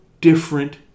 different